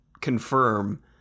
confirm